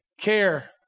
care